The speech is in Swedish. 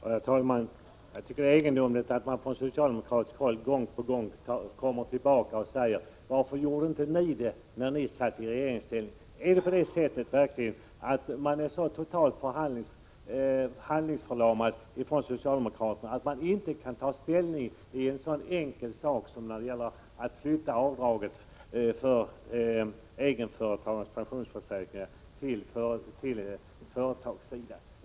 Herr talman! Jag tycker att det är egendomligt att man från socialdemokratiskt håll gång på gång kommer tillbaka och frågar: Varför gjorde inte ni det när ni satt i regeringsställning? Är socialdemokraterna så totalt handlingsförlamade att de inte kan ta ställning till en sådan enkel sak som att flytta avdraget för egenföretagares pensionsförsäkringar till rörelsebilagan?